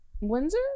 windsor